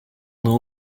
know